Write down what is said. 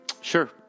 sure